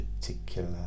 particular